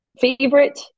Favorite